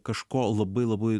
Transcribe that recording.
kažko labai labai